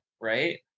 right